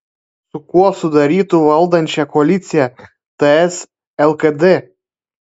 su kuo sudarytų valdančią koaliciją ts lkd